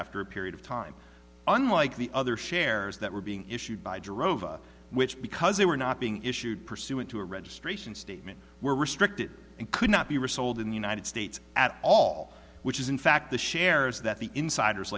after a period of time unlike the other shares that were being issued by drove which because they were not being issued pursuant to a registration statement were restricted and could not be resold in the united states at all which is in fact the shares that the insiders